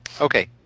Okay